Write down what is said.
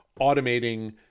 automating